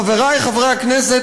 חברי חברי הכנסת,